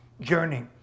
journey